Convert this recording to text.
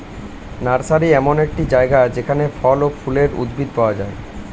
nursery এমন একটি জায়গা যেখানে ফল ও ফুলের উদ্ভিদ পাওয়া যায়